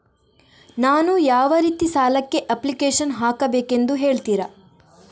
ನಾನು ಯಾವ ರೀತಿ ಸಾಲಕ್ಕೆ ಅಪ್ಲಿಕೇಶನ್ ಹಾಕಬೇಕೆಂದು ಹೇಳ್ತಿರಾ?